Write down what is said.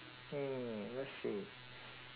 mm let's see